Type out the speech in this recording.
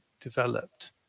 developed